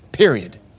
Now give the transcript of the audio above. Period